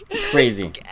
Crazy